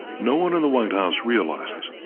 no one in the white house realizes,